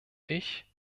ich